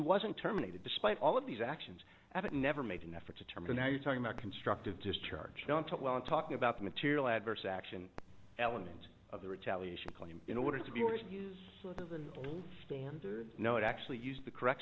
wasn't terminated despite all of these actions that never made an effort to turn the now you're talking about constructive discharge don't allow talking about the material adverse action elements of the retaliation claim in order to be able to use the standard no actually use the correct